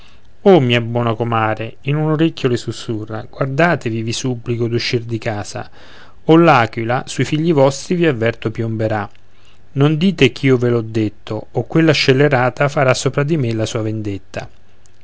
o mia buona comare in un orecchio le susurra guardatevi vi supplico d'uscir di casa o l'aquila sui figli vostri vi avverto piomberà non dite ch'io ve l'ho detto o quella scellerata farà sopra di me la sua vendetta